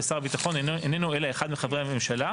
ושר הביטחון איננו אלא אחד מחברי הממשלה,